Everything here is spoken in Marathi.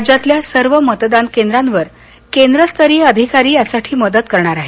राज्यातल्या सर्व मतदान केंद्रांवर केंद्रस्तरीय अधिकारी यासाठी मदत करणार आहेत